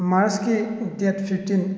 ꯃꯥꯔꯁꯀꯤ date fifteen